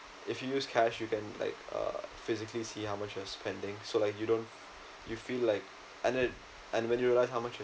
if you use cash you can like uh physically see how much you're spending so like you don't you feel like and it and when you realize how much